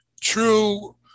true